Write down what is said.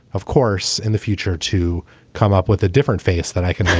of course, in the future to come up with a different face that i can make,